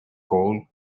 coal